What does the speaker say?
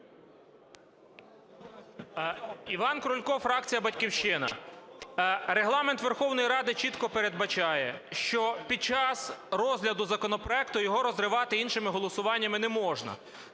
Іван Крулько, фракція "Батьківщина". Регламент Верховної Ради чітко передбачає, що під час розгляду законопроекту його розривати іншими голосуваннями не можна.